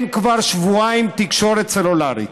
כבר שבועיים אין תקשורת סלולרית.